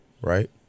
right